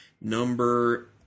Number